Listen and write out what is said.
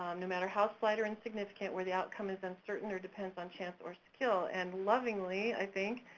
um no matter how slight or insignificant where the outcome is uncertain or depends on chance or skill and lovingly, i think,